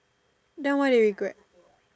then why you regret